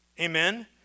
amen